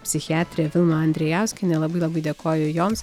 psichiatrė vilma andrejauskienė labai labai dėkoju joms